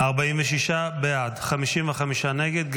46 בעד, 55 נגד.